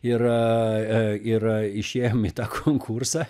ir ir išėjom į tą konkursą